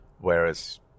whereas